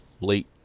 late